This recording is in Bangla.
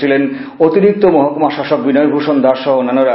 ছিলেন অতিরিক্ত মহকুমা শাসক বিনয় ভূষণ দাস সহ অন্যান্যরা